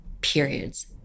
periods